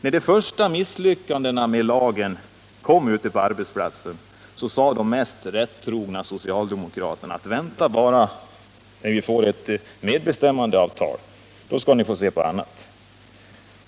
När de första misslyckandena med lagen kom ute på arbetsplatserna sade de mest rättrogna socialdemokraterna att vänta bara — när vi får ett medbestämmandeavtal, då skall ni få se på annat.